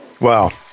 wow